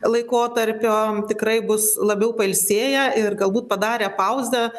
laikotarpio tikrai bus labiau pailsėję ir galbūt padarę pauzę